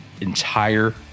entire